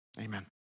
Amen